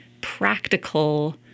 practical